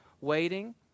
waiting